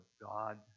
God